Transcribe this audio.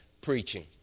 preaching